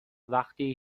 وقتی